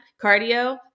cardio